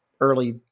early